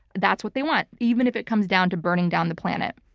that's what they want. even if it comes down to burning down the planet.